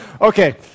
Okay